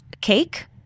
cake